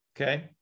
okay